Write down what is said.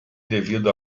devido